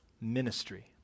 ministry